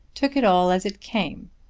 took it all as it came,